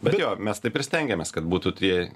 bet jo mes taip ir stengiamės kad būtų tie